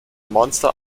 monster